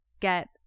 get